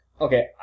Okay